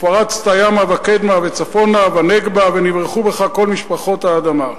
ופרצת ימה וקדמה וצפנה ונגבה ונברכו בך כל משפחות האדמה.